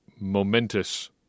momentous